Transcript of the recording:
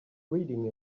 reading